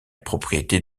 propriété